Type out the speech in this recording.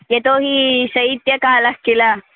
यतो हि शैत्यकालः खिल